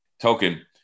token